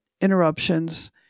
interruptions